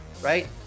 right